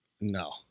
No